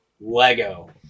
Lego